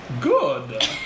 good